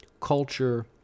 Culture